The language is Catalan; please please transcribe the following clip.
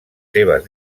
seves